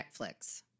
Netflix